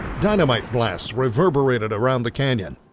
dynamite blasts reverberated around the canyon.